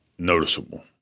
noticeable